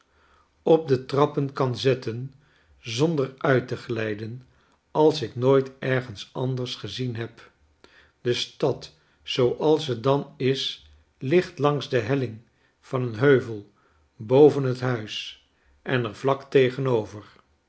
op de trappen kan zetten zonder uit te glijden als ik nooit ergens anders gezien heb de stad zooals ze dan is ligt langs de helling van een heuvel boven het huis en er vlak tegenover